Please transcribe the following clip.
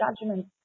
judgment